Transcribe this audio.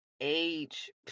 age